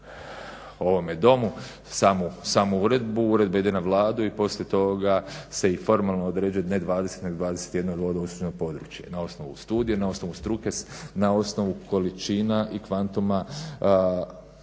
ovome Domu, samu uredbu, uredba ide na Vladu i poslije toga se i formalno određuje ne 20, nego 21 …/Govornik se ne razumije./… na osnovu studije, na osnovu struke na osnovu količina i kvantuma